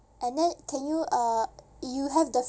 and then can you uh you have the